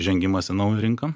žengimas į naują rinką